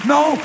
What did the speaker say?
no